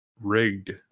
rigged